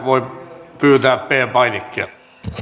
voi pyytää p painikkeella